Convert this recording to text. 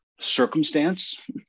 circumstance